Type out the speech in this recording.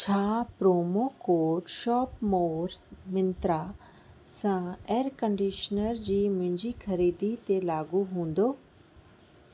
छा promo code shop more Myntra सां air conditioner जी मुंहिंजी ख़रीदी ते लागू हूंदो